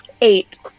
Eight